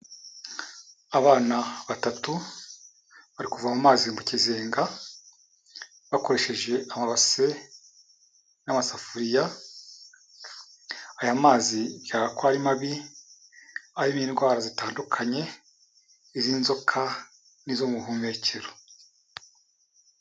Abana batatu, bari kuvoma amazi mu kizenga, bakoresheje amabase n'amasafuriya, aya mazi bigaragara ko ari mabi, arimo indwara zitandukanye, iz'inzoka n'izo mu buhumekero.